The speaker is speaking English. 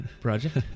project